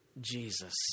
Jesus